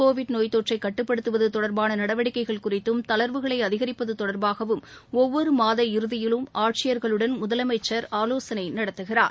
Covid நொய் தொற்றை கட்டுப்படுத்துவது தொடர்பான நடவடிக்கைகள் குறித்தும் தளர்வுகளை அதிகரிப்பது தொடர்பாகவும் ஒவ்வொரு மாத இறுதியிலும் ஆட்சியர்களுடன் முதலமைச்சர் ஆலோசனை நடத்துகிறார்